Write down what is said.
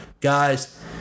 guys